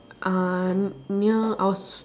uh n~ near I was